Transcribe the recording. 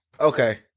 Okay